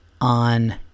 On